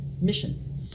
mission